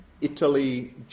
Italy